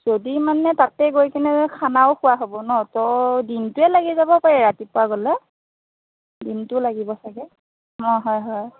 যদি মানে তাতে গৈকেনে খানাও খোৱা হ'ব ন' তো দিনটোৱে লাগি যাব পাৰে ৰাতিপুৱা গ'লে দিনটো লাগিব চাগৈ অ হয় হয়